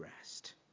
rest